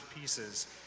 pieces